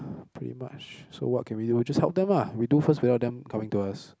pretty much so what can we do we just help them ah we do first without them coming to us